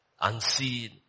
Unseen